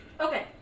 okay